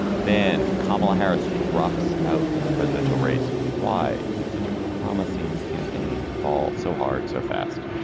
then kamala harris drops out of the presidential race. why did such a promising campaign fall so hard, so fast?